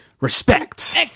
Respect